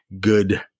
good